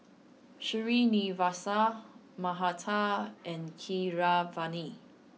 Srinivasa Mahatma and Keeravani